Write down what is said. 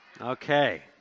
Okay